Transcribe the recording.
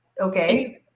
Okay